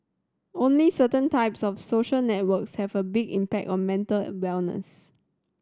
only certain types of social networks have a big impact on mental wellness